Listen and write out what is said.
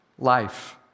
Life